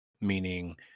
meaning